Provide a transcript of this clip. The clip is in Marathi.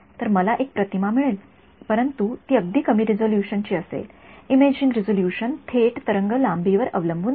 तर मला एक प्रतिमा मिळेल परंतु ती अगदी कमी रिझोल्यूशन ची असेल इमेजिंग रिझोल्यूशन थेट तरंग लांबीवर अवलंबून आहे